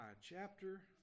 chapter